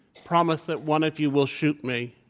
promise that one of you will shoot me.